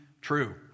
true